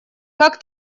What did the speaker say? как